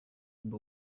bobi